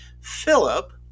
Philip